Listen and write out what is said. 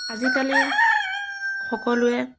আজিকালি সকলোৱে